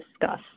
discuss